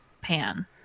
pan